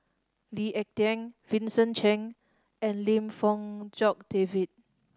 Lee Ek Tieng Vincent Cheng and Lim Fong Jock David